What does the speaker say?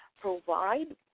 provide